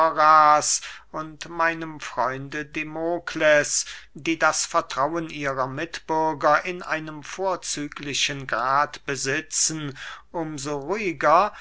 und meinem freunde demokles die das vertrauen ihrer mitbürger in einem vorzüglichen grade besitzen um so ruhiger